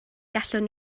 gallwn